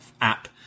app